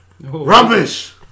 Rubbish